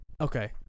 Okay